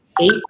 eight